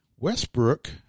Westbrook